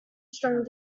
strong